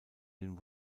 den